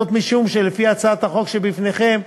זאת משום שלפי הצעת החוק שבפניכם,